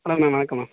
வணக்கம் மேம்